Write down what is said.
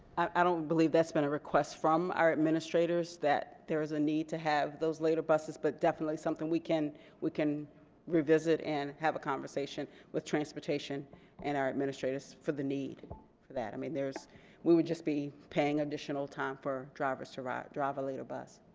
i don't believe that's been a request from our administrators that there is a need to have those later buses but definitely something we can we can revisit and have a conversation with transportation and our administrators for the need for that i mean there's we would just be paying additional time for drivers to ride drive a late bus